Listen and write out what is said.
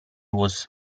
was